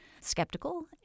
skeptical